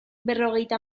berrogeita